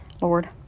Lord